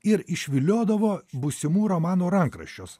ir išviliodavo būsimų romanų rankraščius